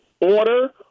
order